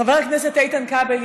חבר הכנסת איתן כבל,